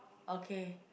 okay